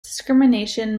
discrimination